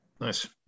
Nice